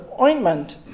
ointment